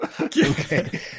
Okay